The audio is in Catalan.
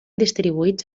distribuïts